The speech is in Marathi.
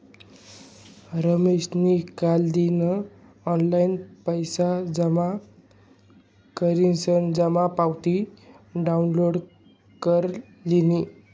रमेशनी कालदिन ऑनलाईन पैसा जमा करीसन जमा पावती डाउनलोड कर लिनी